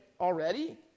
already